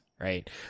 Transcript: Right